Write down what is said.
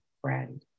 friend